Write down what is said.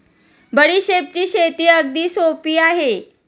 बडीशेपची शेती अगदी सोपी आहे